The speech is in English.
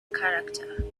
character